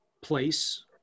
place